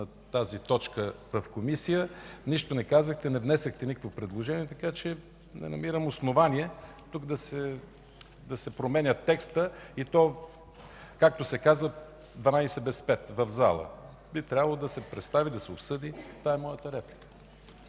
тази точка в Комисията, нищо не казахте, не внесохте никакво предложение, така че не намирам основание да се променя текстът и то, както се казва, в дванадесет без пет в залата. Би трябвало да се представи, да се обсъди. Това е моята реплика.